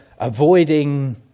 Avoiding